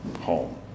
home